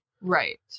Right